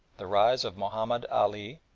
the rise of mahomed ali,